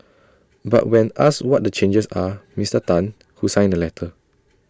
but when asked what the changes are Mister Tan who signed the letter